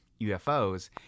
UFOs